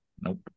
Nope